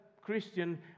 Christian